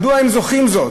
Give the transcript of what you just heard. מדוע הם זוכים לזאת?